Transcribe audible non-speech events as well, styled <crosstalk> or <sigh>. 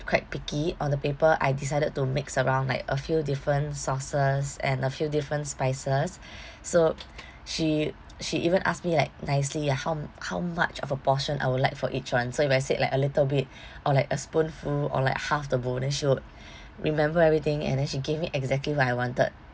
quite picky on the paper I decided to mix around like a few different sauces and a few different spices <breath> so she she even asked me like nicely ah how m~ how much of a portion I would like for each one so if I said like a little bit <breath> or like a spoonful or like half the bowl and she would <breath> remember everything and then she gave me exactly what I wanted